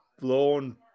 blown